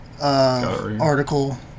Article